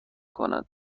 کند